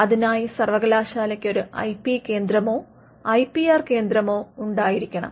അതിനായി സർവകലാശാലയ്ക്ക് ഒരു ഐപി കേന്ദ്രമോ ഐപിആർ കേന്ദ്രമോ ഉണ്ടായിരിക്കണം